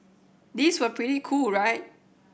these were pretty cool right